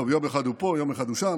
טוב, יום אחד הוא פה, יום אחד הוא שם.